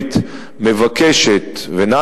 ארצות-הברית מבקשת ממדינת ישראל,